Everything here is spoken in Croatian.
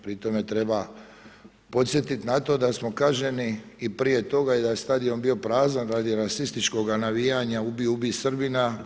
Pri tome treba podsjetit na to da smo kažnjeni i prije toga i da je stadion bio prazan radi rasističkog navijanja „ubi, ubi Srbina“